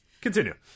continue